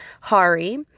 Hari